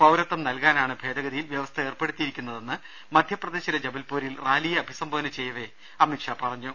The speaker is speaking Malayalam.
പൌരത്വം നൽകാനാണ് ഭേദഗതിയിൽ വൃവസ്ഥ ഏർപ്പെടുത്തിയിരിക്കുന്നതെന്ന് മധ്യപ്രദേശിലെ ജബൽപൂരിൽ റാലിയെ അഭിസംബോധന ചെയ്യവേ അമിത്ഷാ അറിയിച്ചു